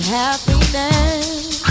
happiness